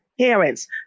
Parents